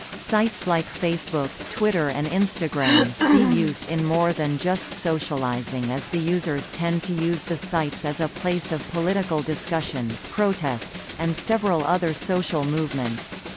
sites like facebook, twitter and instagram see use in more than just socializing as the users tend to use the sites as a place of political discussion, protests, and several other social movements.